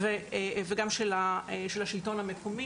וגם של השלטון המקומי.